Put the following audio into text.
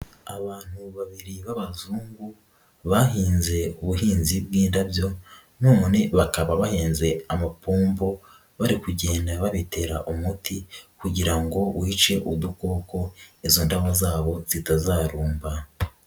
Abantu babiri b'abazungu, bahinze ubuhinzi bw'indabyo, none bakaba bahetse amapombo, bari kugenda babitera umuti kugira ngo wice udukoko, izo ndabo zabo zitazarumba.